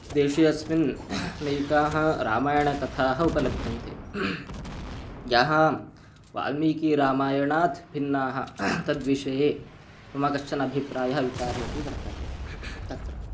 देशे अस्मिन् नैकाः रामायणकथाः उपलभ्यन्ते याः वाल्मीकीरामयणात् भिन्नाः तद्विषये मम कश्चन अभिप्रायः विचारोऽपि वर्तते तत्र